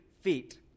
feet